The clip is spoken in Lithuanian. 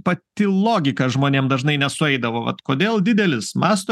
pati logika žmonėm dažnai nesueidavo vat kodėl didelis masto